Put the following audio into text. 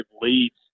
leads